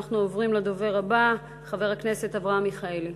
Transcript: אנחנו עוברים לדובר הבא, חבר הכנסת אברהם מיכאלי,